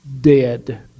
dead